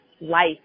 life